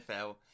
nfl